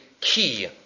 key